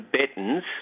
Tibetans